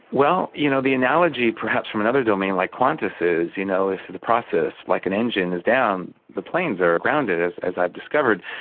well you know the analogy, perhaps from another domain like qantas, is you know if the process like an engine is down, the planes are are grounded as as i've discovered.